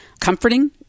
comforting